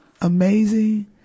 amazing